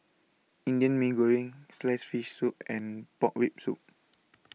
Indian Mee Goreng Sliced Fish Soup and Pork Rib Soup